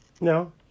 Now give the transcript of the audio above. No